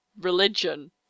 religion